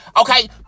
okay